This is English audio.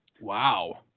Wow